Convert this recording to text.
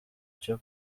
cyo